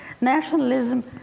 Nationalism